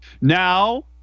Now